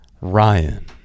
Ryan